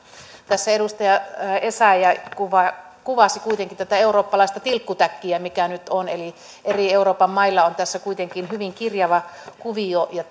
tässä edustaja essayah kuvasi kuitenkin tätä eurooppalaista tilkkutäkkiä mikä nyt on eli eri euroopan mailla on tässä kuitenkin hyvin kirjava kuvio ja